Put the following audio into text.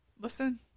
Listen